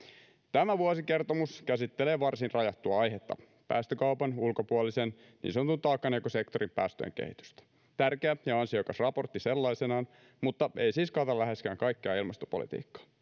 tämä vuosikertomus käsittelee varsin rajattua aihetta päästökaupan ulkopuolisen niin sanotun taakanjakosektorin päästöjen kehitystä tärkeä ja ansiokas raportti sellaisenaan mutta ei siis kata läheskään kaikkea ilmastopolitiikkaa